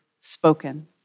spoken